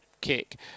kick